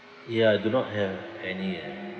ya I do not have any eh